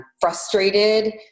frustrated